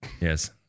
Yes